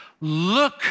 Look